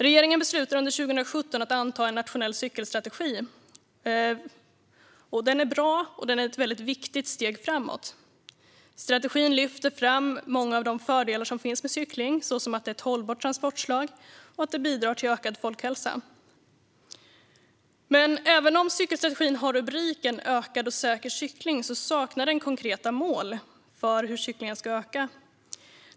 Regeringen beslutade under 2017 att anta en nationell cykelstrategi. Den är bra, och den är ett viktigt steg framåt. Strategin lyfter fram många av de fördelar som finns med cykling, såsom att det är ett hållbart transportslag och att det bidrar till ökad folkhälsa. Även om cykelstrategin har rubriken En nationell cykelstrategi för ökad och säker cykling saknar den konkreta mål för hur mycket cyklingen ska öka.